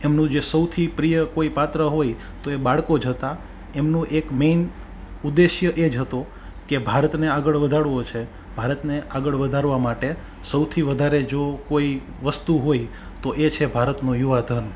એમનું જે સૌથી પ્રિય જે કોઈ પાત્ર હોય તો એ બાળકો જ હતા એમનું એક મેઈન ઉદેશ્ય એ જ હતો કે ભારતને આગળ વધારવો છે ભારતને આગળ વધારવા માટે સૌથી વધારે જો કોઈ વસ્તુ હોય તો એ છે ભારતનો યુવા ધન